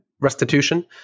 restitution